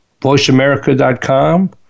voiceamerica.com